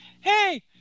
Hey